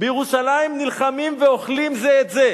בירושלים נלחמים ואוכלים זה את זה,